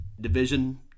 division